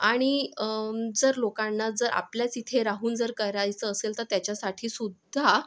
आणि जर लोकांना जर आपल्याच इथे राहून जर करायचं असेल तर त्याच्यासाठी सुद्धा